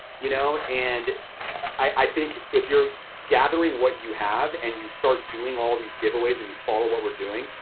you know and i think if you're gathering what you have and you start doing all of these giveaways and you follow what we're doing,